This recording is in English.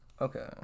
Okay